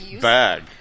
bag